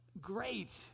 Great